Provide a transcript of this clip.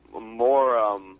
more